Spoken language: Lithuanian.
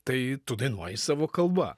tai tu dainuoji savo kalba